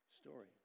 story